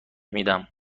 میدم